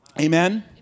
Amen